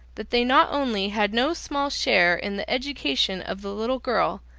that they not only had no small share in the education of the little girl,